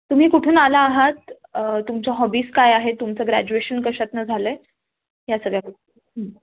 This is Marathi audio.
तुम्ही कुठून आला आहात तुमच्या हॉबीज काय आहेत तुमचं ग्रॅज्युएशन कशातून झालं आहे ह्या सगळ्या गोष्टी